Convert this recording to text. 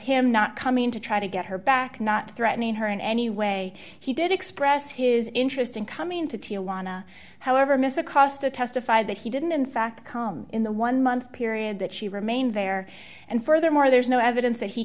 him not coming in to try to get her back not threatening her in any way he did express his interest in coming to tijuana however miss acosta testified that he didn't in fact come in the one month period that she remained there and furthermore there's no evidence that he